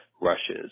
rushes